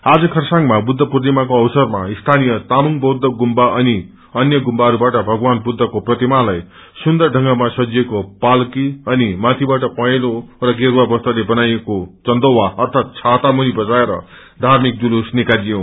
आज खरसाङमा बुद्ध पूर्णिमाको अवसरमा सीनीय ताप्र बौद्ध गुम्बा अनि अन्य गुम्वाहरूबाअ भगवान बुद्धको प्रतिमालाई सुन्दर ढत्रंगमा सजिएको पाल्की अनि माथिबाट पहेलो गेरूवा वस्त्रले बनाइएको चन्दोवा अर्गीत छाता मुनि बसाएर धार्मिक जुलुस निाकालियो